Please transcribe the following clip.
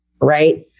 right